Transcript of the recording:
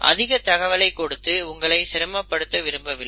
அதிக தகவலை கொடுத்து உங்களை சிரமப்படுத்த விரும்பவில்லை